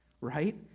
right